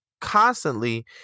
constantly